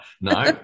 No